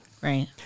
Right